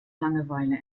langeweile